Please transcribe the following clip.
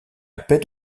peine